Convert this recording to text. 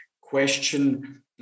question